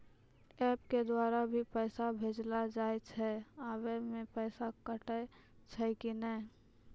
App के द्वारा भी पैसा भेजलो जाय छै आबै मे पैसा कटैय छै कि नैय?